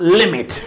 limit